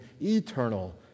eternal